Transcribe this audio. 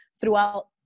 throughout